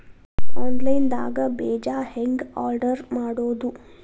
Online ದಾಗ ಬೇಜಾ ಹೆಂಗ್ ಆರ್ಡರ್ ಮಾಡೋದು?